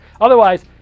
otherwise